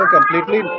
Completely